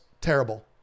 terrible